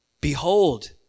Behold